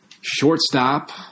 Shortstop